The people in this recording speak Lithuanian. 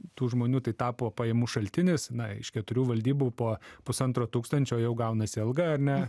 tų žmonių tai tapo pajamų šaltinis na iš keturių valdybų po pusantro tūkstančio jau gaunasi alga ar ne